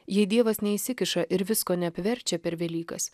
jei dievas neįsikiša ir visko neapverčia per velykas